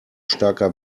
starker